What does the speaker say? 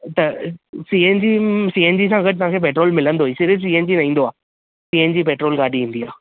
त C N G C N G सां तव्हां खे पेट्र्रोल मिलंदो ई सिर्फ़ सी एन जी न ईंदो आहे सी एन जी पेट्रोल गाॾी ईंदी आहे